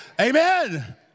Amen